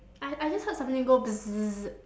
I I just heard something go